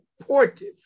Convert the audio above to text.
supportive